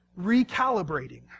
recalibrating